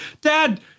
Dad